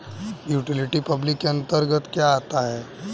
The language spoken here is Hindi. यूटिलिटी पब्लिक के अंतर्गत क्या आता है?